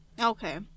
okay